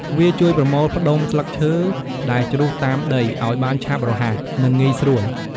វាជួយប្រមូលផ្តុំស្លឹកឈើដែលជ្រុះតាមដីឱ្យបានឆាប់រហ័ស និងងាយស្រួល។